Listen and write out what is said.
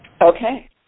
okay